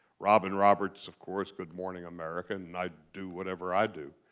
robin roberts of course good morning america. and i do whatever i do.